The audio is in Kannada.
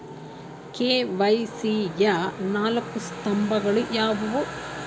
ಕೆ.ವೈ.ಸಿ ಯ ನಾಲ್ಕು ಸ್ತಂಭಗಳು ಯಾವುವು?